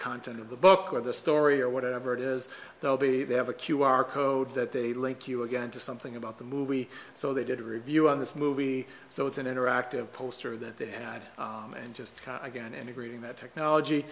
content of the book or the story or whatever it is they'll be they have a q r code that they link you again to something about the movie so they did a review on this movie so it's an interactive poster that they had and just again any reading that technology